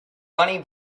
bunny